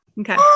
Okay